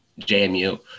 JMU